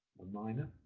a minor.